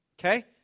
Okay